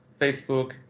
Facebook